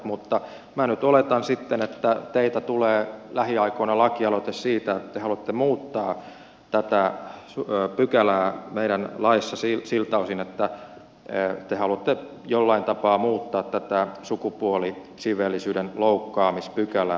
mutta minä nyt oletan sitten että teiltä tulee lähiaikoina lakialoite siitä että te haluatte muuttaa tätä pykälää meidän laissa siltä osin että te haluatte jollain tapaa muuttaa tätä sukupuolisiveellisyyden loukkaamispykälää